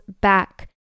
back